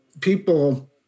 people